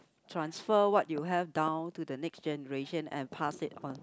transfer what you have down to the next generation and pass it on